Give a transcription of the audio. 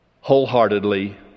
Wholeheartedly